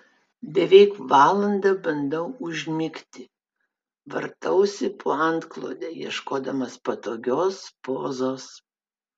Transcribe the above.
beveik valandą bandau užmigti vartausi po antklode ieškodamas patogios pozos